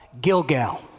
Gilgal